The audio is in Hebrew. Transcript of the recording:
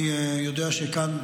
אני יודע שכאן,